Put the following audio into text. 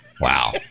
Wow